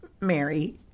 Mary